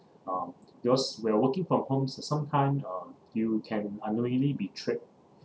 um because when you're working from homes sometime uh you can unwillingly be tricked